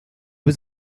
was